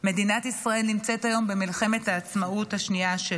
מדינת ישראל נמצאת היום במלחמת העצמאות השנייה שלה,